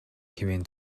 хэмээн